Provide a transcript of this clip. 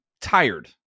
tired